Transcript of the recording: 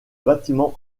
bâtiment